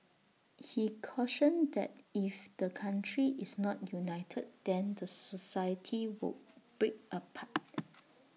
he cautioned that if the country is not united then the society would break apart